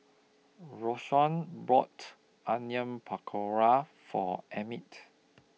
Roseanne bought Onion Pakora For Emmitt